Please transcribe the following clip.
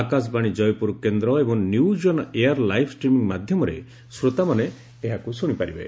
ଆକାଶବାଶୀ ଜୟପୁର କେନ୍ଦ୍ ଏବଂ news on air live streaming ମାଧ୍ଧମରେ ସ୍ରୋତାମାନେ ଏହାକୁ ଶୁଣି ପାରିବେ